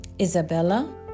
Isabella